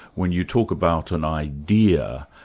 when you talk about an idea,